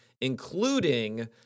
including